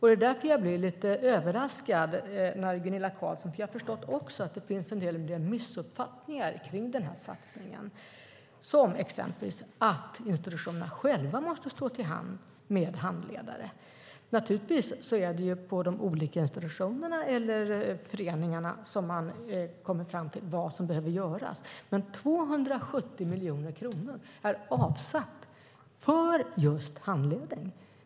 Det är därför jag blir lite överraskad när Gunilla Carlsson framför en del missuppfattningar i satsningen. De gäller till exempel att institutionerna själva måste tillhandahålla handledare. Naturligtvis är det de olika institutionerna eller föreningarna som själva kommer fram till vad som behöver göras, men 270 miljoner kronor är avsatta för handledning.